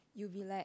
you'll be like